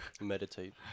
Meditate